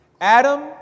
Adam